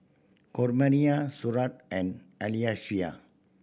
Coraima Stuart and Alyssia